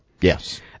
Yes